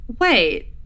Wait